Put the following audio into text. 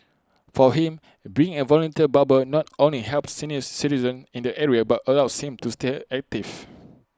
for him being A volunteer barber not only helps senior citizens in the area but allows him to stay active